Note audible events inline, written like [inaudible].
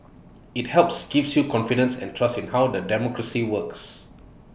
[noise] IT helps gives you confidence and trust in how the democracy works